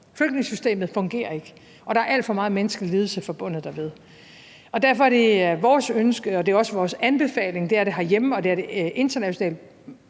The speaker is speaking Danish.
Flygtningesystemet fungerer ikke, og der er al for megen menneskelig lidelse forbundet derved. Derfor er det vores ønske, og det er også vores anbefaling – det er det herhjemme, og det er det internationalt